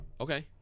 okay